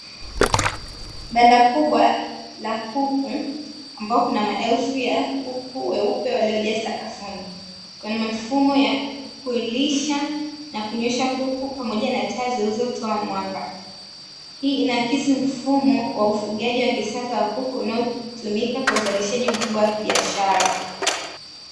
Banda kubwa la kuku ambapo kuna maelfu ya kuku weupe waliojaa sakafuni. Kuna mifumo ya kulisha na kunywesha kuku pamoja na taa zilizotoa mwanga. Hii inaakisi mfumo wa ufugaji wa kisasa wa kuku unaotumika kwa uzalishaji mkubwa wa kibiashara.